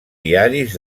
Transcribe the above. diaris